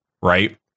right